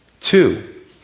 Two